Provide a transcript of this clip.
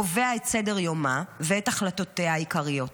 קובע את סדר-יומה ואת החלטותיה העיקריות.